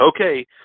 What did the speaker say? Okay